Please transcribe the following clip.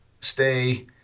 stay